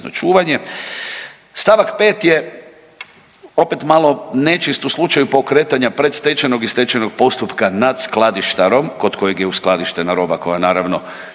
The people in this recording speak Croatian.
St. 5. je opet malo nečist u slučaju pokretanja predstečajnog i stečajnog postupka nad skladištarom kod kojeg je uskladištena roba koja naravno